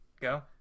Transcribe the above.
Go